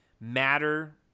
matter